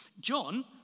john